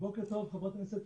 בוקר טוב, חברת הכנסת